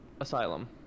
Asylum